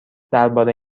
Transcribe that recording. درباره